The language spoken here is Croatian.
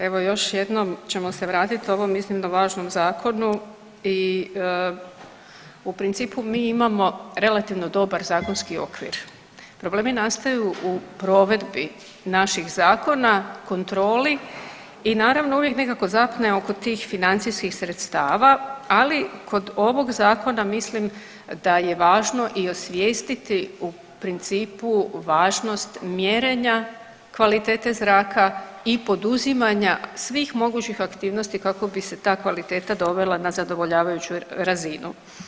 Evo još jednom ćemo se vratiti ovom iznimno važnom zakonu i u principu mi imamo relativno dobar zakonski okvir, problemi nastaju u provedbi naših zakona kontroli i naravno uvijek nekako zapne oko tih financijskih sredstava, ali kod ovog zakona mislim da je važno i osvijestiti u principu važnost mjerenja kvalitete zraka i poduzimanja svih mogućih aktivnosti kako bi se ta kvaliteta dovela na zadovoljavajuću razinu.